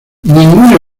ningún